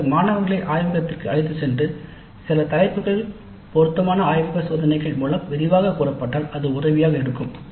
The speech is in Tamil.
அல்லது மாணவர்களை ஆய்வகத்திற்கு அழைத்துச் சென்று சில தலைப்புகள் பொருத்தமான ஆய்வக சோதனைகள் மூலம் விரிவாகக் கூறப்பட்டால் அது உதவியாக இருக்கும்